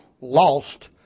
lost